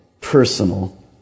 personal